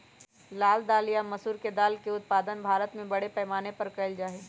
लाल दाल या मसूर के दाल के उत्पादन भारत में बड़े पैमाने पर कइल जा हई